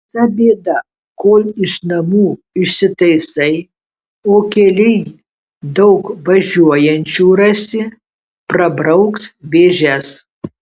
visa bėda kol iš namų išsitaisai o kelyj daug važiuojančių rasi prabrauks vėžes